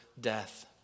death